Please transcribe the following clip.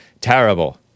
Terrible